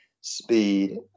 speed